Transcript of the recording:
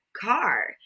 car